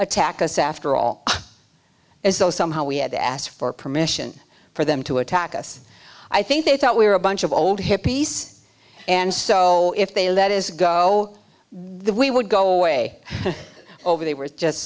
attack us after all as though somehow we had to ask for permission for them to attack us i think they thought we were a bunch of old hippies and so if they let is go we would go way over they were just